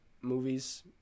movies